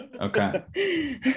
Okay